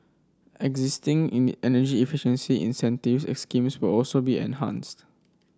existing energy efficiency incentives schemes will also be enhanced